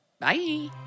Bye